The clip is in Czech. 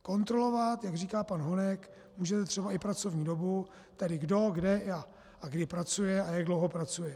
Kontrolovat, jak říká pan Honek, můžete třeba i pracovní dobu, tedy kdo kde jak a kdy pracuje a jak dlouho pracuje.